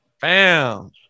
Bam